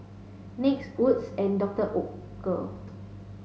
NYX Wood's and Doctor Oetker